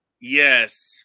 yes